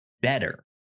better